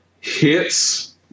hits